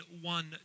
one